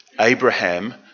Abraham